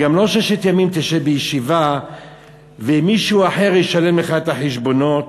"גם לא 'ששת ימים תשב בישיבה ומישהו אחר ישלם לך את החשבונות',